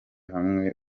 hamwe